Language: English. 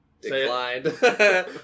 Declined